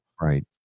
Right